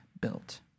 built